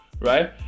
right